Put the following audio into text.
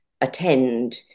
attend